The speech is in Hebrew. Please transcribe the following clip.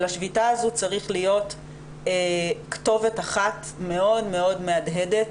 לשביתה הזו צריכה להיות כתובת אחת מאוד מאוד מהדהדת,